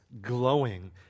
glowing